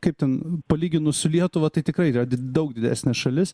kaip ten palyginus su lietuva tai tikrai yra daug didesnė šalis